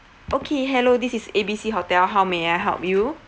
okay hello this is A B C hotel how may I help you